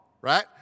right